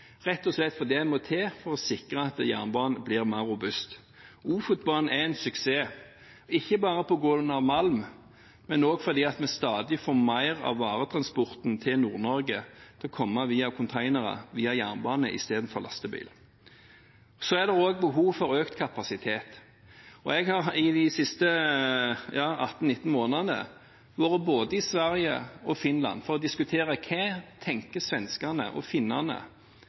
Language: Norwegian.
rett og slett fordi det må til for å sikre at jernbanen blir mer robust. Ofotbanen er en suksess, ikke bare på grunn av malm, men også fordi vi stadig får mer av varetransporten til Nord-Norge til å komme via containere, via jernbane, istedenfor lastebiler. Så er det også behov for økt kapasitet. Jeg har i de siste 18–19 månedene vært i både Sverige og Finland for å diskutere og høre hva svenskene og finnene